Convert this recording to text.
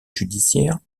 judiciaire